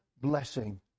blessing